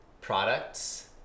products